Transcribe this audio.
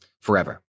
forever